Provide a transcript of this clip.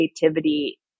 creativity